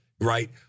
right